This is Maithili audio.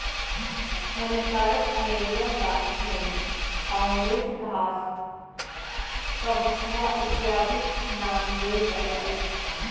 हानिकारक अनेरुआ गाछ मे काँग्रेस घास, कबछुआ इत्यादिक नाम लेल जाइत अछि